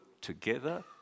together